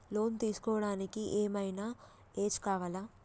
Loan తీస్కోవడానికి ఏం ఐనా ఏజ్ కావాలా?